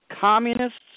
communists